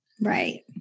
Right